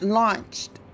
launched